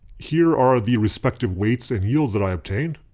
here are the respective weights and yields that i obtained.